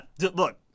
Look